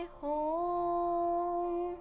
home